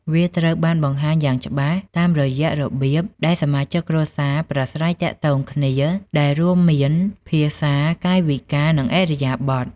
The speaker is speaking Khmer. វាត្រូវបានបង្ហាញយ៉ាងច្បាស់លាស់តាមរយៈរបៀបដែលសមាជិកគ្រួសារប្រាស្រ័យទាក់ទងគ្នា ដែលរួមមាន ភាសា កាយវិការ និងឥរិយាបថ។